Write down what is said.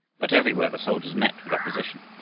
but everywhere the soldiers met with opposition.